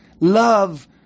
love